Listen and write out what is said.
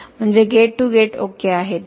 म्हणजे gate to gate okay आहे